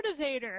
motivator